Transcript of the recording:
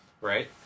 Right